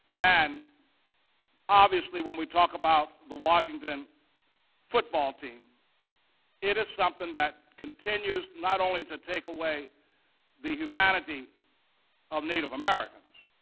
and obviously when we talk about the washington football team it is something that continues not only to take away the humanity of native americans,